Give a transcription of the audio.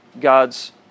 God's